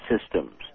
systems